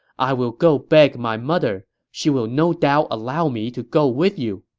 i will go beg my mother she will no doubt allow me to go with you.